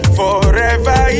forever